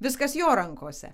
viskas jo rankose